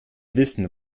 wissen